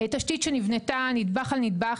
תשתית שנבנתה נדבך על נדבך,